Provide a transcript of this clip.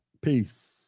Peace